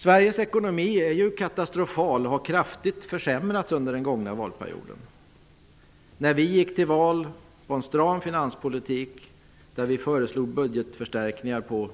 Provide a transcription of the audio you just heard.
Sveriges ekonomi är ju katastrofal och har kraftigt försämrats under den gångna mandatperioden. När vi gick till val på en stram finanspolitik och föreslog budgetförstärkningar på,